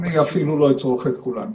אני אפילו לא אצרוך את כולן.